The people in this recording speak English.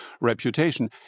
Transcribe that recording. reputation